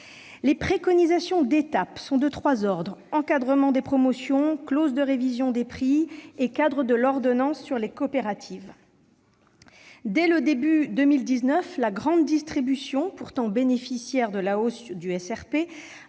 Les préconisations d'étape sont de trois ordres : l'encadrement des promotions, la clause de révision des prix et le cadre de l'ordonnance sur les coopératives. Dès le début 2019, la grande distribution, pourtant bénéficiaire de la hausse du SRP,